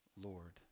Lord